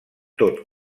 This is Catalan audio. tot